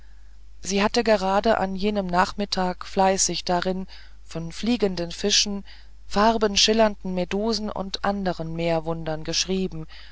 sie hatte gerade an jenem nachmittage fleißig darin von fliegenden fischen farbenschillernden medusen und anderen meerwundern geschrieben